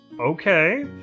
Okay